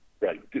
Right